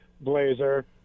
blazer